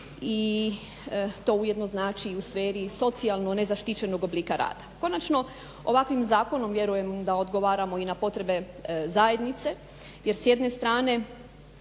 i to ujedno znači i u sferi socijalno nezaštićenog oblika rada. Konačno, ovakvim zakonom vjerujem da odgovaramo i na potrebe zajednice jer s jedne strane